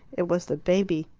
it was the baby.